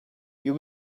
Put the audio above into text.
you